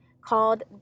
called